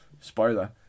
Spoiler